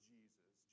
Jesus